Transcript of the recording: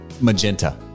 magenta